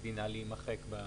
דינה להימחק.